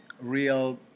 Real